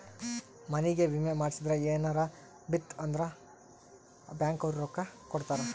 ಮನಿಗೇ ವಿಮೆ ಮಾಡ್ಸಿದ್ರ ಮನೇ ಯೆನರ ಬಿತ್ ಅಂದ್ರ ಬ್ಯಾಂಕ್ ಅವ್ರು ರೊಕ್ಕ ಕೋಡತರಾ